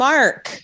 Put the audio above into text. Mark